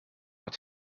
het